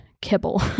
kibble